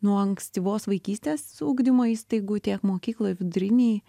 nuo ankstyvos vaikystės su ugdymo įstaigų tiek mokykloj vidurinėj